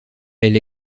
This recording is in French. elle